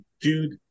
dude